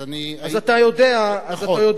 אז אתה יודע בדיוק.